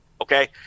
Okay